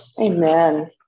Amen